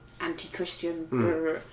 anti-Christian